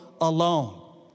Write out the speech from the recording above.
alone